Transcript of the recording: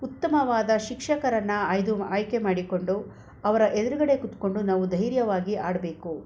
ಉತ್ತಮವಾದ ಶಿಕ್ಷಕರನ್ನು ಆಯ್ದು ಆಯ್ಕೆ ಮಾಡಿಕೊಂಡು ಅವರ ಎದುರುಗಡೆ ಕೂತ್ಕೊಂಡು ನಾವು ಧೈರ್ಯವಾಗಿ ಹಾಡ್ಬೇಕು